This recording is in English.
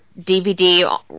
DVD